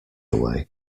away